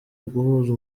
uguhuza